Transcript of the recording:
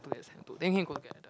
two that sem then can go together